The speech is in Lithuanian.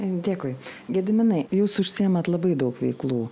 dėkui gediminai jūs užsiimat labai daug veiklų